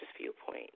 viewpoint